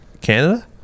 Canada